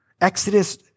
Exodus